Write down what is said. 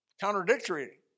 Contradictory